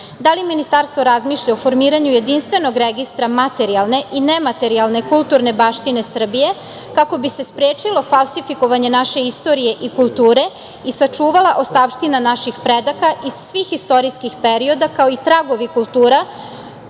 Da li Ministarstvo razmišlja o formiranju jedinstvenog registra materijalne i nematerijalne kulturne baštine Srbije, kako bi se sprečilo falsifikovanje naše istorije i kulture i sačuvala ostavština naših predaka iz svih istorijskih perioda, kao i tragova kultura